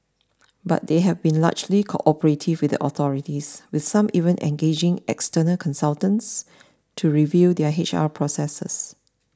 but they have been largely cooperative with the authorities with some even engaging external consultants to review their H R processes